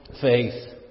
faith